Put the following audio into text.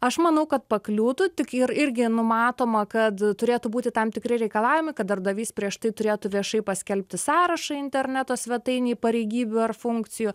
aš manau kad pakliūtų tik ir irgi numatoma kad turėtų būti tam tikri reikalavimai kad darbdavys prieš tai turėtų viešai paskelbti sąrašą interneto svetainėje pareigybių ar funkcijų